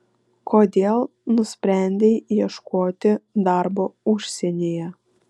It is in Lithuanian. kodėl nusprendei ieškoti darbo užsienyje